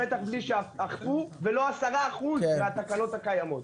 בטח בלי שאכפו אפילו לא 10% מהתקנות הקיימות.